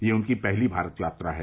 यह उनकी पहली भारत यात्रा है